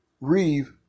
Reeve